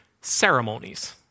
ceremonies